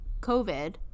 covid